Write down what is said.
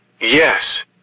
Yes